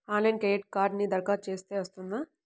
ఆన్లైన్లో క్రెడిట్ కార్డ్కి దరఖాస్తు చేస్తే వస్తుందా?